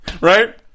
Right